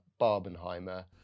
Barbenheimer